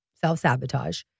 self-sabotage